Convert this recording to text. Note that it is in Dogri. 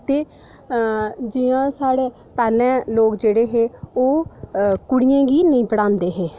ते जि'यां साढ़े पैह्लें लोक जेह्ड़े हे ओह् कुड़ियें गी नेईं पढ़ांदे हे